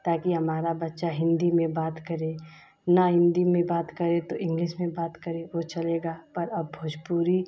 ताकि हमारा बच्चा हिन्दी में बात करें न हिन्दी में बात करें तो इंग्लिस में बात करे वो चलेगा पर अब भोजपुरी